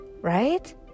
right